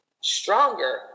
stronger